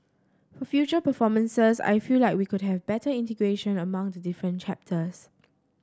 for future performances I feel like we could have better integration among the different chapters